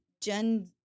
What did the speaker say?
Gen